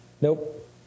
Nope